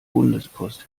bundespost